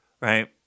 right